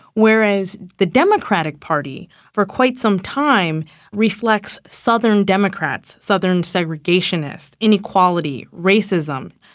whereas the democratic party for quite some time reflect southern democrats, southern segregationists, inequality, racism.